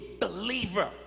believer